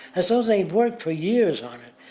as though they'd worked for years on it.